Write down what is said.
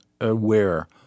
aware